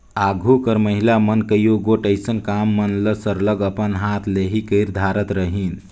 आघु कर महिला मन कइयो गोट अइसन काम मन ल सरलग अपन हाथ ले ही कइर धारत रहिन